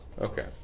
Okay